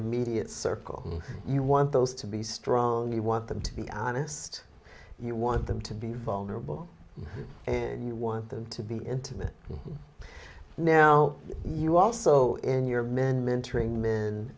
immediate circle you want those to be strong you want them to be honest you want them to be vulnerable and you want them to be intimate now you also in your men mentoring men